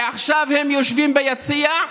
ועכשיו הם יושבים ביציע,